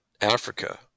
Africa